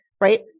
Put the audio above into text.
right